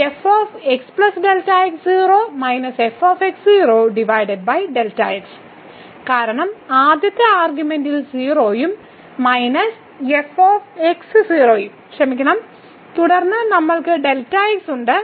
അതിനാൽ കാരണം ആദ്യത്തെ ആർഗ്യുമെന്റിൽ 0 ഉം മൈനസ് f x 0 ഉം ക്ഷമിക്കണം തുടർന്ന് നമ്മൾക്ക് Δx ഉണ്ട്